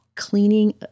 Cleaning